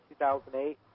2008